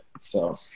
So-